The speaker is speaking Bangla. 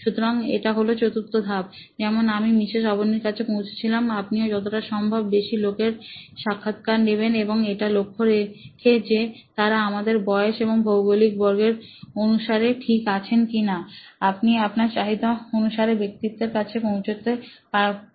সুতরাং এটা হল চতুর্থ ধাপ যেমন আমি মিসেস অবনীর কাছে পৌঁছেছিলাম আপনিও যতটা সম্ভব বেশি লোকের সাক্ষাৎকার নেবেন এবং এটা লক্ষ্য রেখে যে তারা আমাদের বয়স এবং ভৌগলিক বর্গের অনুসারে ঠিক আছে কিনা আপনি আপনার চাহিদা অনুসারে ব্যক্তির কাছে পৌঁছাবেন